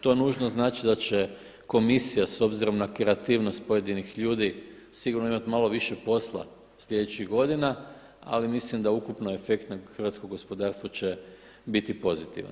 To nužno znači da će komisija s obzirom na kreativnost pojedinih ljudi sigurno imati malo više posla sljedećih godina, ali mislim da ukupno efekt na hrvatsko gospodarstvo će biti pozitivan.